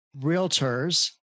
realtors